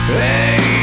hey